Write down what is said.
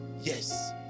yes